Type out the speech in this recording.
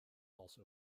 also